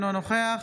אינו נוכח